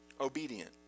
Obedient